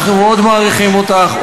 אנחנו מאוד מעריכים אותך,